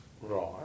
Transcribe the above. Right